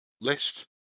list